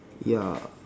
ya